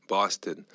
Boston